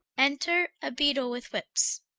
enter a beadle with whippes.